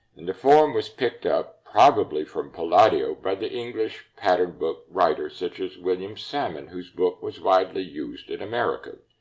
and the form was picked up, probably from palladio, by the english pattern book writers, such as william salmon, whose book was widely used in america.